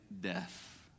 death